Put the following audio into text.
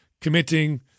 committing